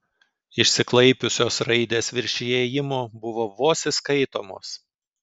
išsiklaipiusios raidės virš įėjimo buvo vos įskaitomos